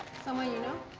someone you